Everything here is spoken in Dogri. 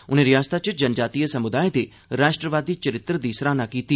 उनें रिआसता च जनजातीय समुदाय दे राष्ट्रवादी चरित्र दी सराह्ना कीती